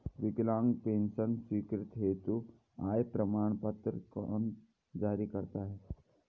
विकलांग पेंशन स्वीकृति हेतु आय प्रमाण पत्र कौन जारी करता है?